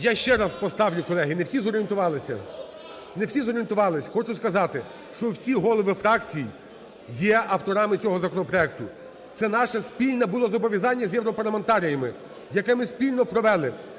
Я ще раз поставлю, колеги, не всі зорієнтувалися. Не всі зорієнтувались. Хочу сказати, що всі голови фракцій є авторами цього законопроекту. Це наше спільне було зобов'язання з європарламентаріями, яке ми спільно провели